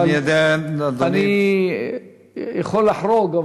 אני יכול לחרוג,